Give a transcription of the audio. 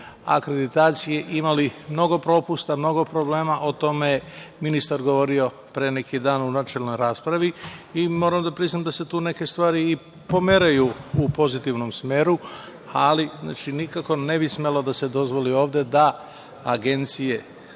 akreditacije, imali mnogo propusta, mnogo problema, o tome je ministar govorio pre neki dan, u načelnoj raspravi. Moram da priznam da se tu neke stvari i pomeraju u pozitivnom smeru, ali nikako ne bi smelo da se dozvoli ovde, da agencije